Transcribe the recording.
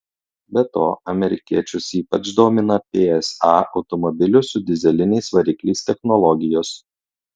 be to amerikiečius ypač domina psa automobilių su dyzeliniais varikliais technologijos